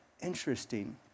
interesting